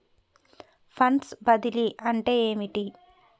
Funds బదిలీ అంటే ఏమిటి?